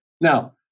Now